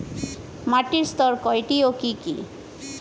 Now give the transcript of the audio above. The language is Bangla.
মাটির স্তর কয়টি ও কি কি?